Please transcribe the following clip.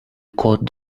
court